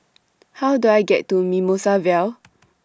How Do I get to Mimosa Vale